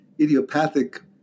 idiopathic